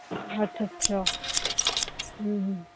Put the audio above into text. ਅੱਛ ਅੱਛਾ ਹੂ ਹੂ